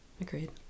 agreed